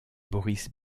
boris